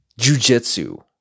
jujitsu